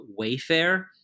Wayfair